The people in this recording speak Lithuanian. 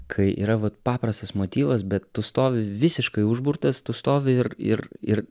kai yra vat paprastas motyvas bet tu stovi visiškai užburtas tu stovi ir ir ir